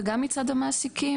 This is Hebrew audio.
וגם מצד המעסיקים,